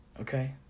Okay